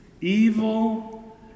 Evil